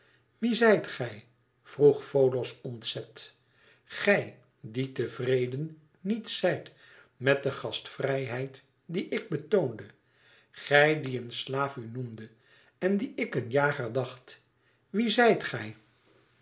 wie zijt gij vroeg folos ontzet gij die tevreden niet zijt met de gastvrijheid die ik betoonde gij die een slaaf u noemdet en dien ik een jager dacht wie zijt gij